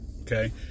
Okay